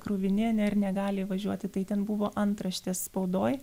kruvini ane ir negali įvažiuoti tai ten buvo antraštės spaudoj